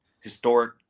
historic